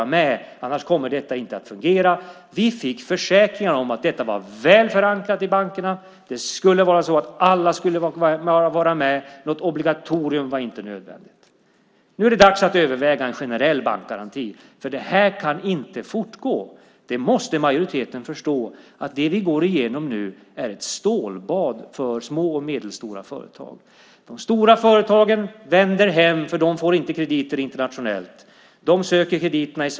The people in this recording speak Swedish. Annars kommer detta inte att fungera. Något obligatorium var inte nödvändigt. Det här kan inte fortgå. Majoriteten måste förstå att det vi går igenom nu är ett stålbad för små och medelstora företag.